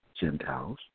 Gentiles